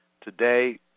Today